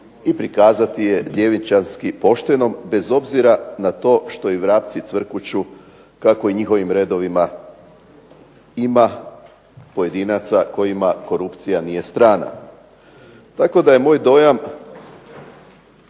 i prikazati je djevičanski poštenom bez obzira na to što i vrapci cvrkuću kako u njihovim redovima ima pojedinaca kojima korupcija nije strana. Tako da je moj dojam